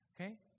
Okay